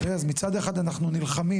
אז מצד אחד, אנחנו נלחמים,